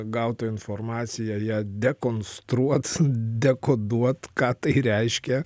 gautą informaciją ją dekonstruot dekoduot ką tai reiškia